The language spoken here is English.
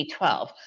B12